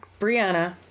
Brianna